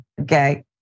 Okay